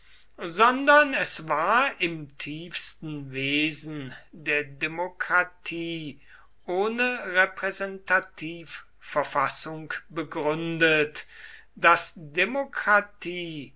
sondern es war im tiefsten wesen der demokratie ohne repräsentativverfassung begründet daß demokratie